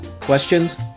questions